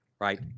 right